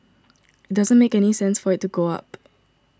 it doesn't make any sense for it to go up